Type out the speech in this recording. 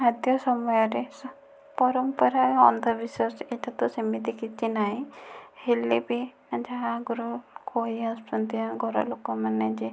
ଖାଦ୍ୟ ସମୟରେ ପରମ୍ପରା ଅନ୍ଧ ବିଶ୍ବାସ ଏ'ଠି ତ ସେମିତି କିଛି ନାହିଁ ହେଲେ ବି ଯାହା ଆଗରୁ କହି ଆସୁଛନ୍ତି ଆମ ଘରଲୋକ ମାନେ ଯେ